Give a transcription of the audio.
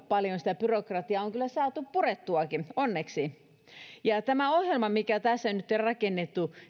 paljon sitä byrokratiaa on kyllä saatu purettuakin onneksi tämän ohjelman mikä tässä nyt on rakennettu